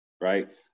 Right